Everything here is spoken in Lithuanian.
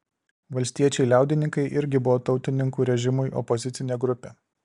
valstiečiai liaudininkai irgi buvo tautininkų režimui opozicinė grupė